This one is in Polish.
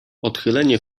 odchylenie